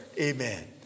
amen